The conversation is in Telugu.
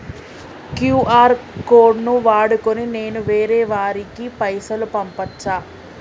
క్యూ.ఆర్ కోడ్ ను వాడుకొని నేను వేరే వారికి పైసలు పంపచ్చా?